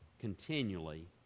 continually